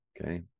Okay